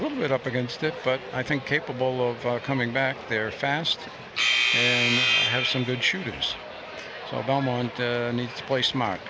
little bit up against it but i think capable of coming back there fast has some good shooters so obama needs to play smart